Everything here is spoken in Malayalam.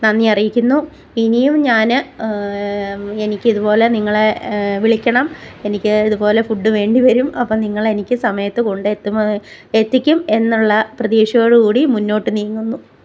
നന്ദി അറിയിക്കുന്നു ഇനിയും ഞാൻ എനിക്കിതു പോലെ നിങ്ങളെ വിളിയ്ക്കണം എനിക്ക് ഇതുപോലെ ഫുഡ്ഡ് വേണ്ടിവരും അപ്പം നിങ്ങൾ എനിക്ക് സമയത്ത് കൊണ്ടെത്തും എത്തിക്കും എന്നുള്ള പ്രതീക്ഷയോട് കൂടി മുന്നോട്ട് നീങ്ങുന്നു